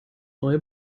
neue